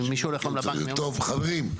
טוב, חברים.